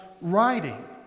writing